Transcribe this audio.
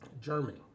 germany